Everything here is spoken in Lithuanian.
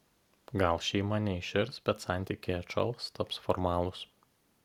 gal šeima neiširs bet santykiai atšals taps formalūs